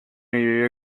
vive